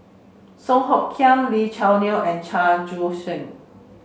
Song Hoot Kiam Lee Choo Neo and Chua Joon Siang